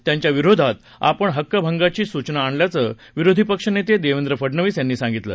यांच्याविरोधात आपण हक्कभंगाची सूचना आणल्याचं विरोधी पक्षनेते देवेंद्र फडणवीस यांनी सांगितलं